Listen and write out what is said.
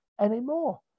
anymore